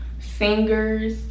singers